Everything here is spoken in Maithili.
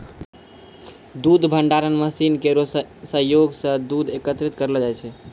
दूध भंडारण मसीन केरो सहयोग सें दूध एकत्रित करलो जाय छै